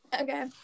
Okay